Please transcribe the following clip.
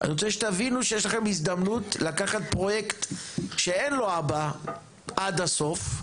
אני רוצה שתבינו שיש לכם הזדמנות לקחת פרויקט שאין לו אבא עד הסוף,